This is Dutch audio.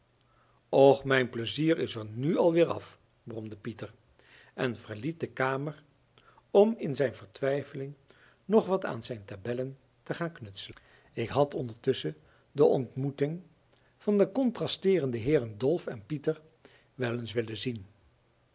och mijn plezier is er nu alweer af bromde pieter en verliet de kamer om in zijn vertwijfeling nog wat aan zijn tabellen te gaan knutselen ik had ondertusschen de ontmoeting van de contrasteerende heeren dolf en pieter wel eens willen zien